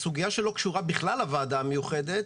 זאת סוגיה שלא קשורה בכלל לוועדה המיוחדת.